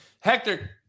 Hector